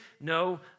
no